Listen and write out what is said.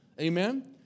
Amen